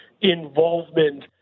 involvement